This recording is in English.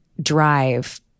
drive